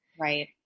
Right